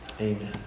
Amen